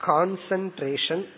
Concentration